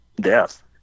death